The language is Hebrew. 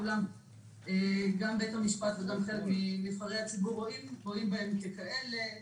אולם גם בית המשפט וגם חלק מנבחרי הציבור רואים בהם ככאלה.